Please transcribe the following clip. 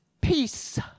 peace